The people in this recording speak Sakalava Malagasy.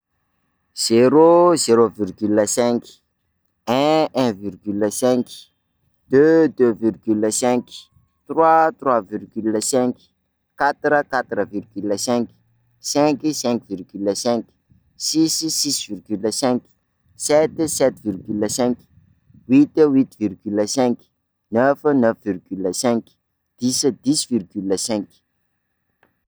Zéro, zéro virgule cinq, un, un virgule cinq, deux, deux virgule cinq, trois trois virgule cinq, quatre, quatre virgule cinq, cinq, cinq virgule cinq, six, six virgule cinq, sept, sept virgule cinq, huit, huit virgule cinq, neuf, neuf virgule cinq, dix, dix virgule cinq.